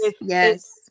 yes